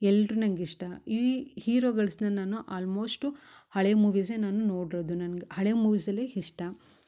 ಎಲ್ಲರು ನಂಗೆ ಇಷ್ಟ ಈ ಹೀರೊಗಳ್ಸ್ನ ನಾನು ಆಲ್ಮೋಶ್ಟು ಹಳೆಯ ಮೂವಿಸೇ ನಾನು ನೋಡೊದು ನನ್ಗ ಹಳೆಯ ಮೂವಿಸಲ್ಲಿ ಇಷ್ಟ